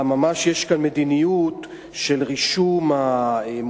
אלא יש כאן ממש מדיניות של רישום המוצא,